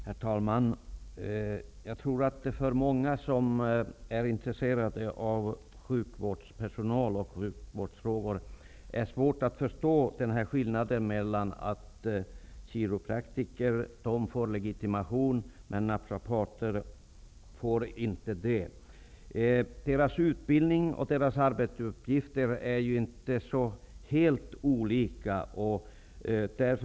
Herr talman! Jag tror att det för många av dem som är intresserade av sjukvårdspersonalens situation och sjukvårdsfrågor är svårt att förstå skillnaden mellan att kiropraktorer kan få legitimation men naprapater inte kan få det. Utbildningarna och arbetsuppgifterna är inte så helt olika. Därför tycker jag att det faktum att det drar ut på tiden innan man kommer till skott är oroväckande. När avser statsrådet att tillsätta utredningen?